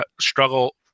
struggle